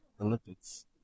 Olympics